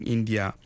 India